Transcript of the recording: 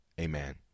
amen